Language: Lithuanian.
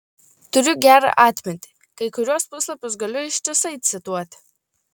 turiu gerą atmintį kai kuriuos puslapius galiu ištisai cituoti